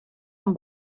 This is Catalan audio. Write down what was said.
amb